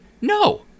No